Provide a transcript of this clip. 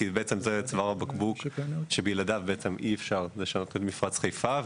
כי בעצם זה צוואר הבקבוק שבלעדיו בעצם אי אפשר לשנות את מפרץ חיפה.